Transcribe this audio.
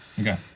Okay